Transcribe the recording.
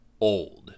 Old